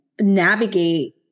navigate